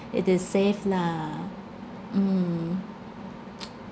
it is safe lah mm